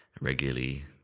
regularly